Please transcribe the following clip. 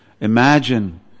imagine